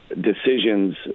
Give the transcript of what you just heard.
decisions